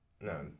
No